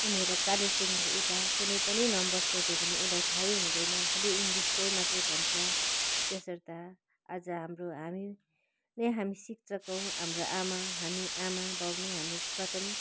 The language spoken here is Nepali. उनीहरूलाई चालिसदेखिको उता कुनै पनि नम्बर सोध्यो भने उसलाई थाहै हुँदैन खालि इङ्लिसकै मात्र भन्छ त्यसर्थ आज हाम्रो हामी नै हामी शिक्षक हौँ हाम्रो आमा हामी आमा बाउ नै हामी प्रथम